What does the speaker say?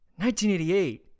1988